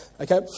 okay